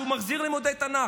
על זה שהוא מחזיר לימודי תנ"ך.